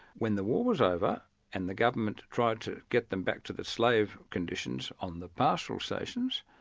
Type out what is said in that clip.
when the war was over and the government tried to get them back to the slave conditions on the pastoral stations,